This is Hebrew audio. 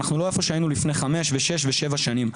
אנחנו לא איפה שהיינו לפני חמש ושש ושבע שנים.